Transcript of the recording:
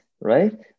right